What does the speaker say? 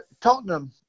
Tottenham